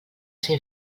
ser